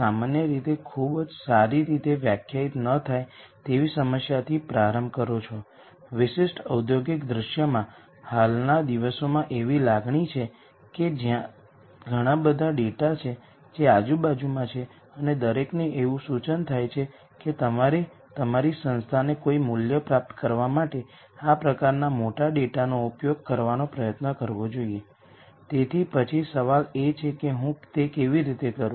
સામાન્ય રીતે આપણે એ પણ જોયું કે આ λ માં n ડિગ્રી નો પોલીનોમીઅલ બનશે જેનો મૂળ અર્થ એ છે કે ભલે આ મેટ્રિક્સ A રીયલ હોય કારણ કે પોલીનોમીઅલ સમીકરણ નાં ઉકેલો કાં તો રીયલ અથવા કોમ્પ્લેક્સ હોઈ શકે છે તમારી પાસે આઇગન વૅલ્યુઝ હોઈ શકે છે જે કોમ્પ્લેક્સ છે